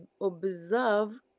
observe